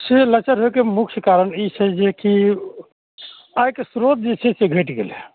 से लचर होइके मुख्य कारण ई छै जे कि आयके श्रोत जे छै से घटि गेलइए